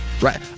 right